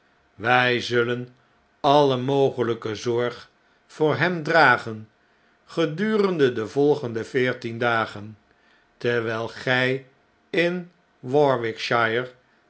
wjj zullen alle mogeljjke zorg voor hem dragen gedurende de volgende veertien dagen terwjjl gjj in warwickshire